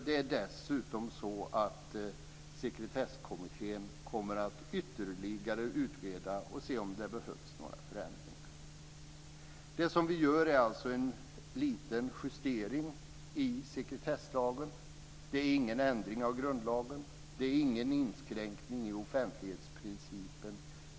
Dessutom kommer Sekretesskommittén att ytterligare utreda det för att se om det behövs några förändringar. Vi gör alltså en liten justering i sekretesslagen. Det är inte någon ändring av grundlagen och inte någon inskränkning i offentlighetsprincipen.